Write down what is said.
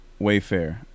Wayfair